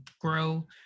grow